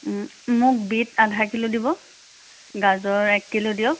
মোক বিট আধা কিলো দিব গাজৰ এক কিলো দিয়ক